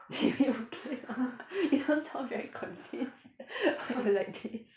you okay lor you don't sound very convinced why you like this